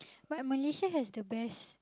but Malaysia has the best